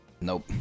Nope